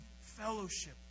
fellowship